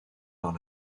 par